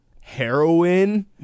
heroin